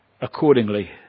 accordingly